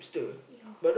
yeah